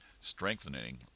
strengthening